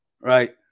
right